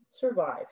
survive